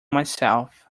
myself